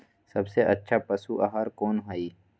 सबसे अच्छा पशु आहार कोन हई?